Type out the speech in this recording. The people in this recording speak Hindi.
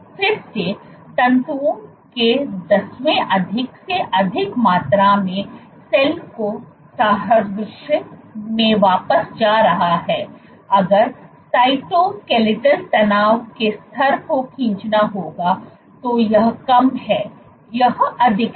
फिर से तंतुओं के दसवें अधिक से अधिक मात्रा में सेल के सादृश्य में वापस जा रहा है अगर साइटोसस्केलेटल तनाव के स्तर को खींचना होगा तो यह कम है यह अधिक है